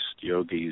yogis